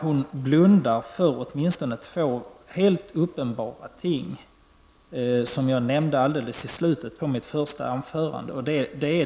Hon blundar för åtminstone två helt uppenbara ting, som jag nämnde i slutet av mitt förra anförande.